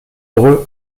heureux